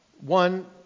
one